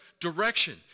direction